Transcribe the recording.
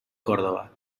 córdoba